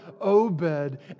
Obed